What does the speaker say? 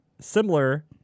Similar